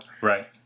Right